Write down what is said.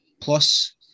plus